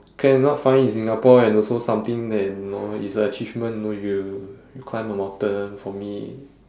cannot find in singapore and also something that you know it's a achievement you know you climb a mountain for me